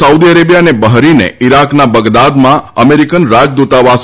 Saudi Arabia અને બહરીને ઈરાકના બગદાદમાં અમેરિકન રાજદૂતાવાસ